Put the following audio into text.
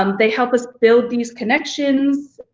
um they help us build these connections